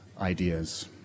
ideas